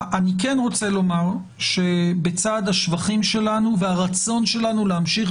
אני כן רוצה לומר שבצד השבחים שלנו והרצון שלנו להמשיך